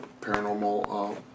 paranormal